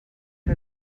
que